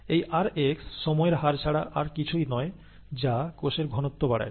এই rx সময়ের হার ছাড়া আর কিছুই নয় যা কোষের ঘনত্ব বাড়ায়